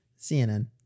CNN